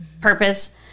purpose